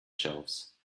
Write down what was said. shelves